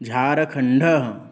झारखण्डः